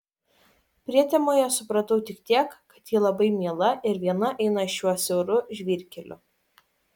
prietemoje supratau tik tiek kad ji labai miela ir viena eina šiuo siauru žvyrkeliu